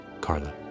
Carla